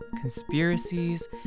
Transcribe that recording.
conspiracies